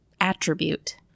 attribute